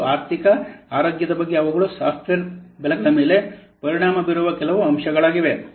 ಮತ್ತು ಆರ್ಥಿಕ ಆರೋಗ್ಯದ ಬಗ್ಗೆ ಅವುಗಳು ಸಾಫ್ಟ್ವೇರ್ ಬೆಲೆಗಳ ಮೇಲೆ ಪರಿಣಾಮ ಬೀರುವ ಕೆಲವು ಅಂಶಗಳಾಗಿವೆ